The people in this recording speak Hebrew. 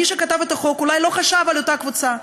מי שכתב את החוק אולי לא חשב על אותה קבוצה,